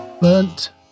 Burnt